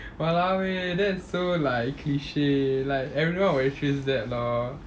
!walao! eh that's so like cliche like everyone would choose that lor